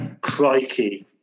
crikey